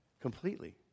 Completely